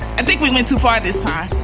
and think we went too far this time.